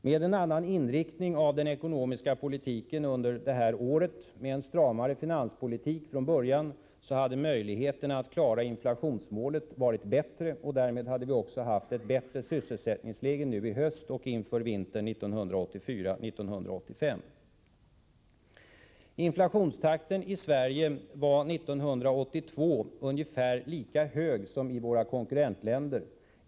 Med en annan inriktning av den ekonomiska politiken under detta år, med en stramare finanspolitik från början, hade möjligheterna att klara inflationsmålet varit bättre. Därmed hade vi också haft ett bättre sysselsättningsläge nu i höst och inför vintern 1984-1985. Inflationstakten i Sverige var 1982 ungefär lika hög som i våra konkurrentländer.